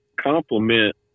complement